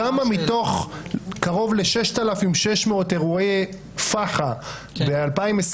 כמה מתוך קרוב ל- 6,600 אירועי פח"ע ב- 2021,